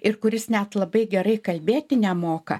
ir kuris net labai gerai kalbėti nemoka